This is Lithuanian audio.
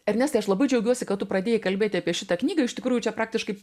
ernestai aš labai džiaugiuosi kad tu pradėjai kalbėti apie šitą knygą iš tikrųjų čia praktiškai